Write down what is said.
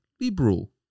liberal